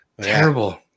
terrible